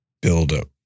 buildup